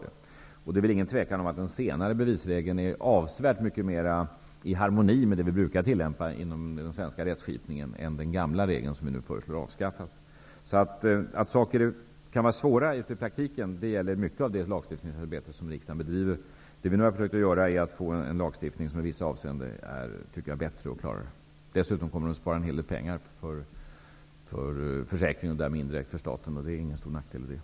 Det råder väl inget tvivel om att den senare bevisregeln är avsevärt mycket mera i harmoni med den tillämpning som brukar finnas i den svenska rättskipningen jämfört med den gamla regeln som nu föreslås avskaffas. Att regler kan vara svåra att tillämpa i praktiken gäller mycket av det lagstiftningsarbete riksdagen bedriver. Vi har nu försökt att skapa en lagstiftning som i vissa avseenden är bättre och klarare. Dessutom kommer en hel del pengar att sparas på försäkringen och därmed indirekt för staten, och det är ingen nackdel.